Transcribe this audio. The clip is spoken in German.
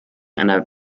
einer